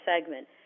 segment